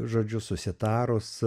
žodžiu susitarus